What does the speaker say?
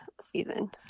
season